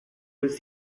was